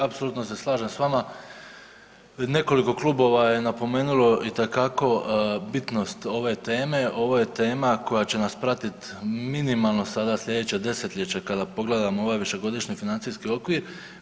Apsolutno se slažem s vama, nekoliko klubova je napomenulo bitnost ove teme, ovo je tema koja će nas pratit minimalno sada sljedeće desetljeće kada pogledamo ovaj višegodišnji financijski okvir.